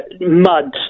mud